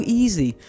easy